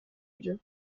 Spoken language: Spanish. ello